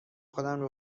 خودم